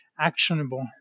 actionable